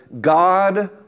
God